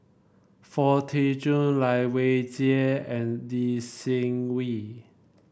Foo Tee Jun Lai Weijie and Lee Seng Wee